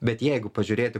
bet jeigu pažiūrėti